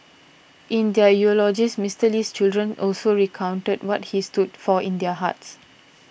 in their eulogies Mister Lee's children also recounted what he stood for in their hearts